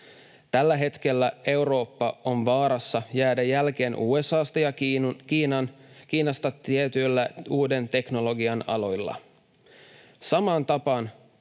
Tällä hetkellä Eurooppa on vaarassa jäädä jälkeen USA:sta ja Kiinasta tietyillä uuden teknologian aloilla.